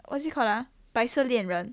what is it called ah 白色恋人